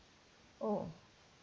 oh